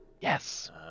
yes